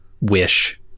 wish